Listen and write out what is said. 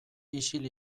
isil